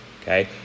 Okay